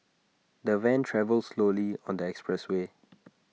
the van travelled slowly on the expressway